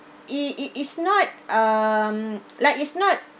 i~ i~ is not um like it's not